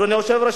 אדוני היושב-ראש,